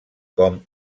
com